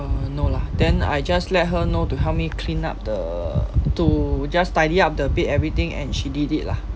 uh no lah then I just let her know to help me clean up the to just tidy up the bed everything and she did it lah